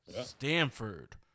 Stanford